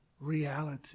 reality